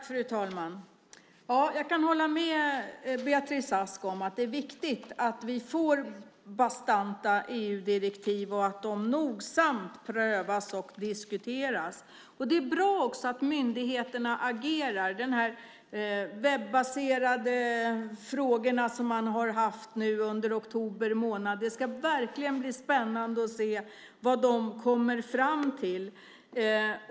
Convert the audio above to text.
Fru talman! Jag kan hålla med Beatrice Ask om att det är viktigt att vi får bastanta EU-direktiv och att de nogsamt prövas och diskuteras. Det är bra också att myndigheterna agerar. Jag tänker på de här webbaserade frågorna, som man har haft under oktober månad. Det ska verkligen bli spännande att se vad de kommer fram till.